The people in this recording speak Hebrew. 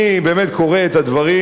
אני באמת קורא את הדברים,